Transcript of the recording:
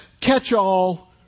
catch-all